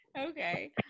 Okay